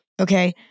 okay